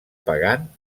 pagant